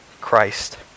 Christ